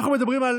אנחנו מדברים על